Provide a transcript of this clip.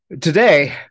today